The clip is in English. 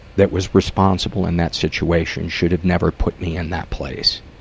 that was responsible in that situation should have never put me in that place.